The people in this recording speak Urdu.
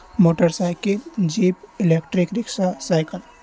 motor cycle jeep electric rickshaw cycle